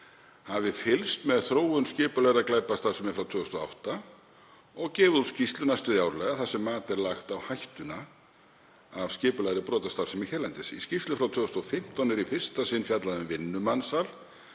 hafi fylgst með þróun skipulagðrar glæpastarfsemi frá 2008 og gefið út skýrslu næstum því árlega þar sem mat er lagt á hættuna af skipulagðri brotastarfsemi hérlendis. Í skýrslu frá 2015 er í fyrsta sinn fjallað um vinnumansal